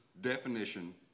definition